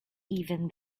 even